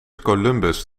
columbus